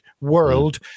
world